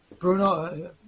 Bruno –